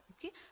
okay